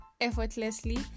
effortlessly